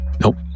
Nope